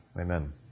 Amen